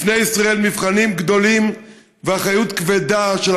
בפני ישראל מבחנים גדולים ויש אחריות כבדה של